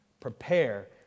Prepare